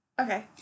Okay